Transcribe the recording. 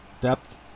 depth